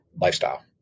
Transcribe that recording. lifestyle